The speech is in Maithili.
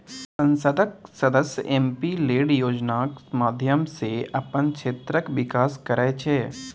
संसदक सदस्य एम.पी लेड योजनाक माध्यमसँ अपन क्षेत्रक बिकास करय छै